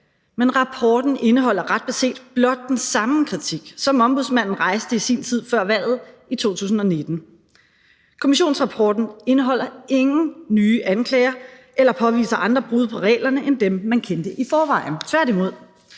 Men rapporten indeholder ret beset blot den samme kritik, som Ombudsmanden rejste i sin tid før valget i 2019. Kommissionsrapporten indeholder ingen nye anklager eller påviser andre brud på reglerne end dem, man kendte i forvejen. Tværtimod